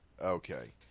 Okay